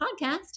podcast